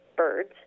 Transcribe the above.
birds